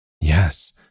Yes